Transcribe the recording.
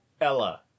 Ella